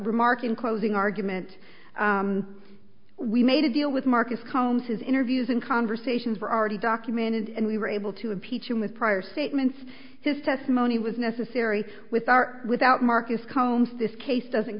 remark in closing argument we made a deal with marcus combs his interviews and conversations were already documented and we were able to impeach him with prior statements his testimony was necessary with our without marcus combs this case doesn't